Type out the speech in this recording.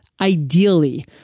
ideally